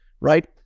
right